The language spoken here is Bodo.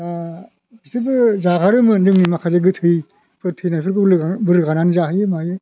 दा बिसोरबो जागारोमोन जोंनि माखासे गोथैफोर थैनायफोररखौ लो रोगानानै जाहैयो मायो